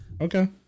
Okay